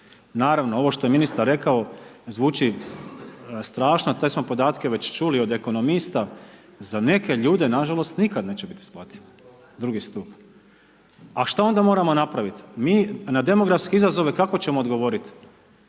Naravno ovo što je ministar rekao zvuči strašno, te smo podatke već čuli od ekonomista, za neke ljude nažalost nikad neće biti isplativo II. stup. A što onda moramo napravit? MI na demografske izazove kako ćemo odgovoriti?